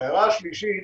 שלישית,